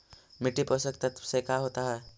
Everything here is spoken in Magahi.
मिट्टी पोषक तत्त्व से का होता है?